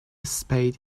spade